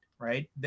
right